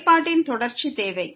செயல்பாட்டின் தொடர்ச்சி தேவை